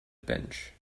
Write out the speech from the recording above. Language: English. bench